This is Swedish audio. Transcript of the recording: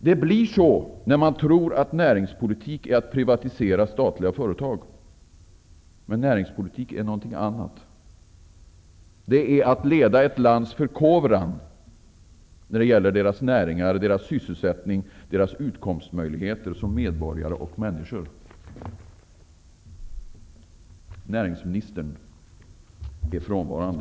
Det blir så, när man tror att näringspolitik är att privatisera statliga företag. Men näringspolitik är någonting annat. Det är att leda ett lands förkovran när det gäller dess näringar och människornas sysselsättning och utkomstmöjligheter. Näringsministern är frånvarande.